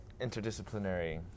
interdisciplinary